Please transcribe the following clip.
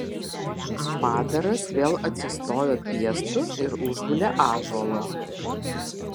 padaras vėl atsistojo piestu ir užgulė ąžuolą